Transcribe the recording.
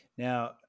Now